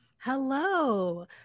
Hello